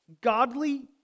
Godly